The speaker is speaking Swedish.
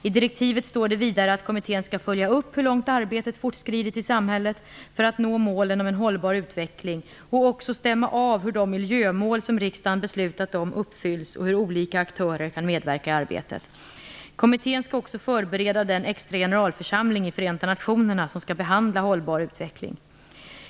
I direktivet står det vidare att kommittén skall följa upp hur långt arbetet fortskridit i samhället för att nå målen om en hållbar utveckling och också stämma av hur de miljömål som riksdagen beslutat om uppfylls och hur olika aktörer kan medverka i arbetet. Kommittén skall också förbereda den extra generalförsamling i Förenta nationerna som skall behandla hållbar utveckling.